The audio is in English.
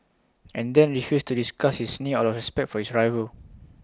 and then refused to discuss his knee out of respect for his rival